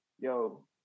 yo